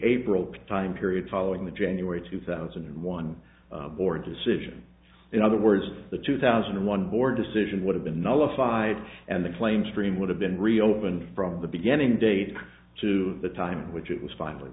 april time period following the january two thousand and one board's decision in other words the two thousand and one board decision would have been nullified and the claim stream would have been reopened from the beginning date to the time in which it was fin